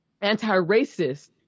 anti-racist